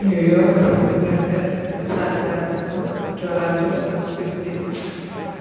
New York London san-francisco Toronto Sydney